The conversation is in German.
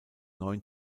neuen